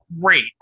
great